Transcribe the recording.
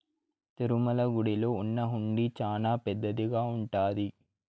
తిరుమల గుడిలో ఉన్న హుండీ చానా పెద్దదిగా ఉంటాది